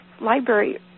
library